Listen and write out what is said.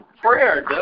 prayer